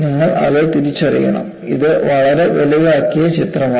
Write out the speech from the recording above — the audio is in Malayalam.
നിങ്ങൾ അത് തിരിച്ചറിയണം ഇത് വളരെ വലുതാക്കിയ ചിത്രമാണ്